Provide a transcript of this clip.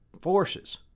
forces